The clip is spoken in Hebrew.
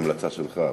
מה ההמלצה שלך?